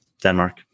Denmark